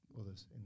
others